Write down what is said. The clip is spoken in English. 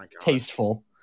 tasteful